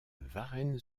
varennes